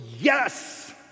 yes